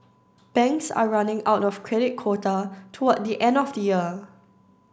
banks are running out of credit quota toward the end of the year